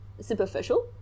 superficial